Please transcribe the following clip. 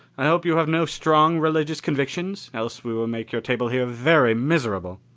i hope you have no strong religious convictions, else we will make your table here very miserable!